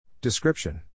Description